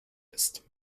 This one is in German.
ist